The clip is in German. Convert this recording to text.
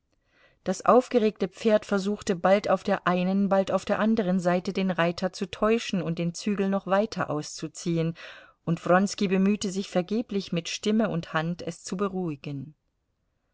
das aufgeregte pferd versuchte bald auf der einen bald auf der anderen seite den reiter zu täuschen und den zügel noch weiter auszuziehen und wronski bemühte sich vergeblich mit stimme und hand es zu beruhigen